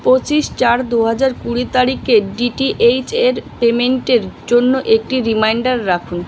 পঁচিশ চার দু হাজার কুড়ি তারিকের ডি টি এইচ এর পেমেন্টের জন্য একটি রিমাইন্ডার রাখুন